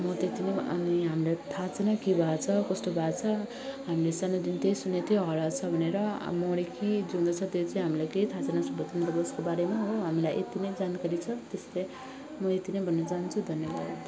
म त्यति नै यहाँ हामीलाई थाहा छैन के भएको छ कस्तो भएको छ हामीले सानोदेखिकै सुनेको थियौँ हराएको छ भनेर मऱ्यो कि जिउँदो छ त्यो चाहिँ हामीलाई केही थाहा छैन सुभाषचन्द्र बोसको बारेमा हो हामीलाई यति नै जानकारी छ त्यसले म यति नै भन्न चाहन्छु धन्यवाद